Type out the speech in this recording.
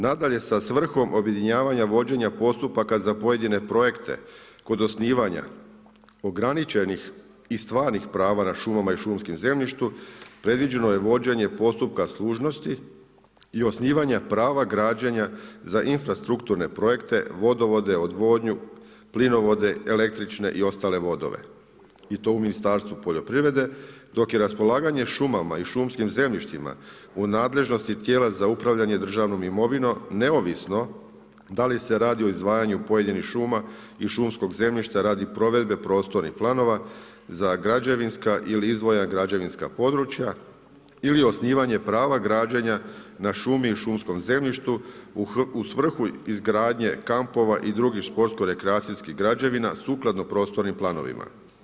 Nadalje, sa svrhom objedinjavanja vođenja postupaka za pojedine projekte kod osnivanja ograničenih i stvarnih prava nad šumama i šumskom zemljištu, predviđeno je vođenje postupaka služnosti i osnivanja prava građenja za infrastrukturne projekte, vodovode, odvodnju, plinove, električne i ostale vodove i to u Ministarstvu poljoprivrede dok je raspolaganje šumama i šumskim zemljištima u nadležnosti tijela za upravljanje državnom imovinom, neovisno da li se radi o izdvajanju pojedinih šuma i šumskog zemljišta radi provedbe prostornih planova za građevinska ili izdvojena građevinska područja ili osnivanja prava građenja na šumi i šumskom zemljištu u svrhu izgradnje kampova i drugih sportsko-rekreacijskih građevina sukladno prostornim planovima.